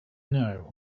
know